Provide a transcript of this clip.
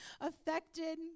affected